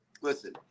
listen